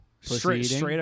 Straight